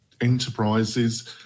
enterprises